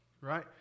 right